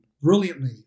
brilliantly